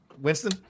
Winston